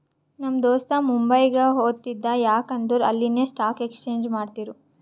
ನಮ್ ದೋಸ್ತ ಮುಂಬೈಗ್ ಹೊತ್ತಿದ ಯಾಕ್ ಅಂದುರ್ ಅಲ್ಲಿನೆ ಸ್ಟಾಕ್ ಎಕ್ಸ್ಚೇಂಜ್ ಮಾಡ್ತಿರು